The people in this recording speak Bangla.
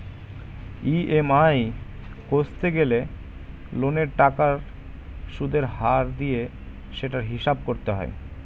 ই.এম.আই কষতে গেলে লোনের টাকার সুদের হার দিয়ে সেটার হিসাব করতে হয়